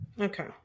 Okay